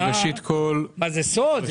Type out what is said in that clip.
מה, זה סוד?